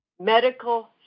medical